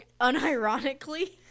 unironically